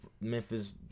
Memphis